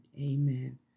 amen